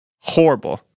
horrible